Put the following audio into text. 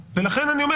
לכן אני אומר